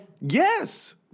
Yes